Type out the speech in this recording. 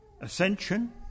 Ascension